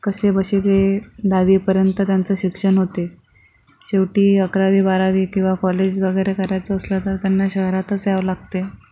कसेबसे ते दहावीपर्यंत त्यांचं शिक्षण होते शेवटी अकरावी बारावी किंवा कॉलेज वगैरे करायचं असलं तर त्यांना शहरातच यावं लागते